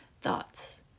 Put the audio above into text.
thoughts